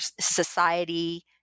society